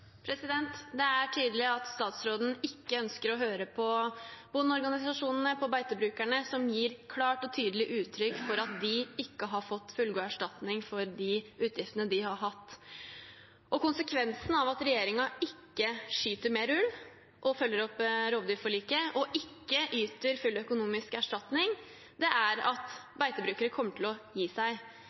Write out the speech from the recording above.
Det er tydelig at statsråden ikke ønsker å høre på bondeorganisasjonene og beitebrukerne som gir klart og tydelig uttrykk for at de ikke har fått fullgod erstatning for de utgiftene de har hatt. Konsekvensen av at regjeringen ikke skyter mer ulv og følger opp rovdyrforliket og ikke yter full økonomisk erstatning, er at beitebrukere kommer til å gi seg.